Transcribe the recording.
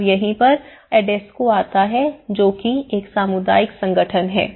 और यहीं पर एडेसको आता है जो कि एक सामुदायिक संगठन है